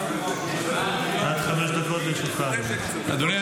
עד חמש דקות לרשותך, אדוני.